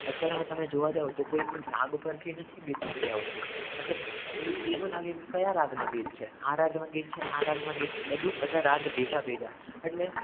અત્યારમાં તમે જોવા જાઓ તો કોઈ પણ રાગ પરથી નથી ગીત ઉતરી આવતું મતલબ એ એવું લાગે કે કયા રાગમાં ગીત છે આ રાગમાં ગીત છે આ રાગમાં ગીત છે બધુ બધા રાગ ભેગા ભેગા એટલે